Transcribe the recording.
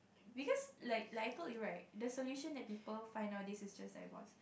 because like like I told you right the solution that people find out this is just like vast